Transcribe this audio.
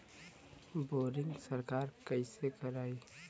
Boring सरकार कईसे करायी?